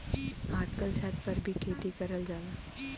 आजकल छत पर भी खेती करल जाला